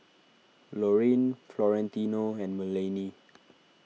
Lorrayne Florentino and Melany